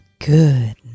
good